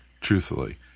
truthfully